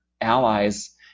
allies